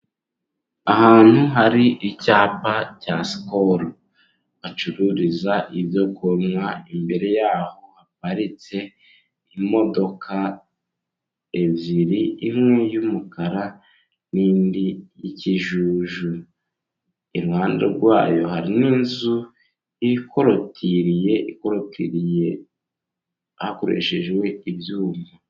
Ahantu hari icyapa cya sikoro bacururiza ibyo kunywa. Imbere yaho haparitse imodoka ebyiri, imwe y'umukara n'indi y'ikijuju. Iruhande rwayo hari n'inzu ikotiriye, ikokiriye hakoreshejwe ibyuma.